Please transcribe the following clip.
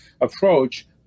approach